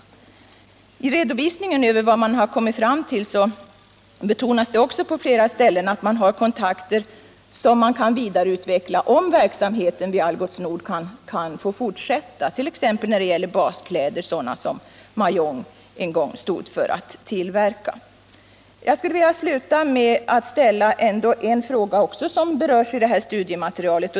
I sin redovisning av en möjlig alternativ produktion betonar sömmerskorna på flera ställen i studiematerialet att de har kontakter som kan vidareutvecklas, om verksamheten vid Algots Nord kan få fortsätta. Det gäller t.ex. baskläder av den typ som Mah-Jong en gång tillverkade. Jag skulle avslutningsvis vilja ta upp en fråga som också berörs i studiematerialet.